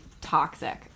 toxic